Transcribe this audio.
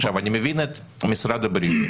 אני מבין את משרד הבריאות,